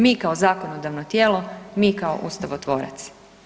Mi kao zakonodavno tijelo, mi kao ustavotvorac.